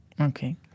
Okay